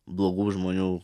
blogų žmonių